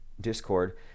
Discord